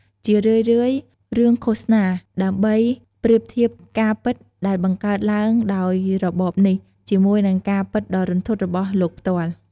ជារឿយៗរឿងឃោសនា ដើម្បីប្រៀបធៀបការពិតដែលបង្កើតឡើងដោយរបបនេះជាមួយនឹងការពិតដ៏រន្ធត់របស់លោកផ្ទាល់។